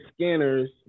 scanners